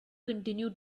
continue